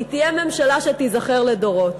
היא תהיה ממשלה שתיזכר לדורות.